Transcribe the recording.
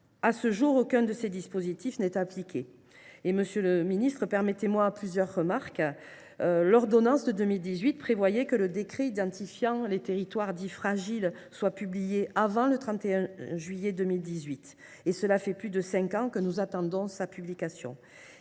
compromis. Aucun de ces dispositifs n’est à ce jour appliqué. Monsieur le ministre, permettez moi plusieurs remarques. L’ordonnance de 2018 prévoyait que le décret identifiant les territoires dits fragiles soit publié avant le 31 juillet 2018. Cela fait plus de cinq ans que nous attendons sa publication.